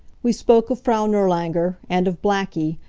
we spoke of frau nirlanger, and of blackie,